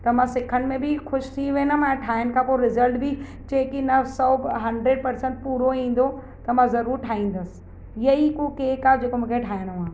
त मां सिखण में बि ख़ुशि थी वेंदमि ऐं ठाहिण खां पोइ रिज़ल्ट बि चेक कंदा सौ हंड्रेड प्रसेंट पूरो ईंदो त मां ज़रूरु ठाहींदसि इहे ई हिकु केक आहे जेको मूंखे ठाहिणो आहे